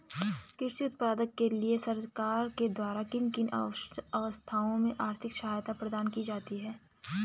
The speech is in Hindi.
कृषि उत्पादन के लिए सरकार के द्वारा किन किन अवस्थाओं में आर्थिक सहायता प्रदान की जाती है?